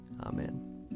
Amen